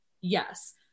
Yes